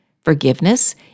Forgiveness